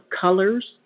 colors